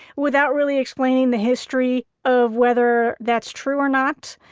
without really explaining the history of whether that's true or not,